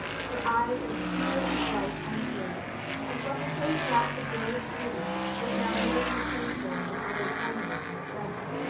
her eyes as clear and bright and true and what her face lacked of girlish beauty was now more than atoned for in added tenderness and strength.